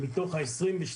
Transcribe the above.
מתוך 22,